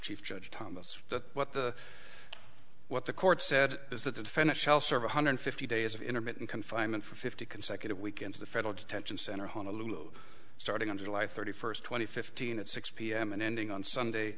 chief judge thomas that what the what the court said is that the defendant shall serve one hundred fifty days of intermittent confinement for fifty consecutive weekends the federal detention center honolulu starting on july thirty first twenty fifteen at six pm and ending on sunday